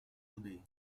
today